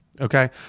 okay